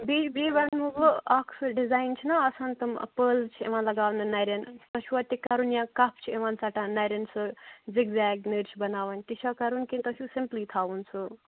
بیٚیہِ بیٚیہِ وَنو بہٕ اَکھ سُہ ڈِزایِن چھُنا آسان تم پٲرٕز چھِ یِوان لَگاونہٕ نَرٮ۪ن تۄہہِ چھُوا تہِ کَرُن یا کَف چھِ یِوان ژَٹان نَرٮ۪ن سُہ زِگزیگ نٔرۍ چھِ بَناوُن تہِ چھا کَرُن کیِنہٕ تۄہہِ چھُو سِمپلٕے تھاوُن سُہ